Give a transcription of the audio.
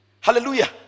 Hallelujah